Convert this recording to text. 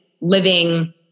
living